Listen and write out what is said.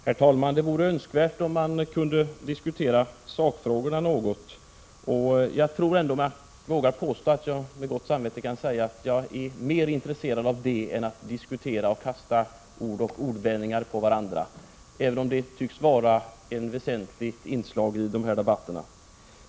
Herr talman! Det vore önskvärt om man kunde diskutera sakfrågorna något. Jag vågar med gott samvete påstå att jag är mer intresserad av det än av att vi kastar ord och ordvändningar på varandra, även om det tycks vara ett väsentligt inslag i de här debatterna.